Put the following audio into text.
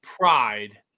pride